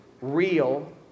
real